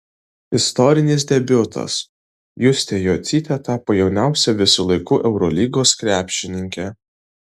istorinis debiutas justė jocytė tapo jauniausia visų laikų eurolygos krepšininke